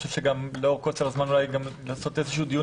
מפאת קוצר הזמן אולי ראוי לעשות דיון